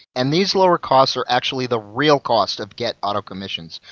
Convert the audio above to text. and these lower costs are actually the real cost of get auto commissions.